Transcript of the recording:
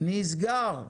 נסגר.